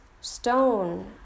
stone